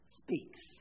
speaks